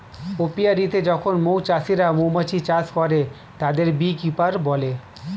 অপিয়া রীতে যখন মৌ চাষিরা মৌমাছি চাষ করে, তাদের বী কিপার বলে